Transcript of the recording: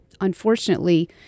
unfortunately